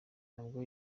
nabwo